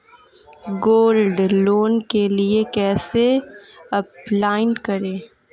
Gold loan के लिए कैसे अप्लाई करें?